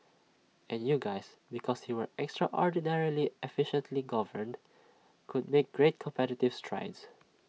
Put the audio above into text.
and you guys because you were extraordinarily efficiently governed could make great competitive strides